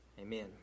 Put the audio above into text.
Amen